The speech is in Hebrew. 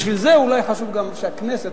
בשביל זה אולי חשוב גם שהכנסת,